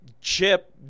Chip